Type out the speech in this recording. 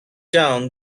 down